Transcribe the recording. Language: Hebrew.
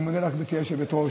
אני מודה לך, גברתי היושבת-ראש.